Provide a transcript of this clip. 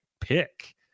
pick